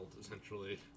essentially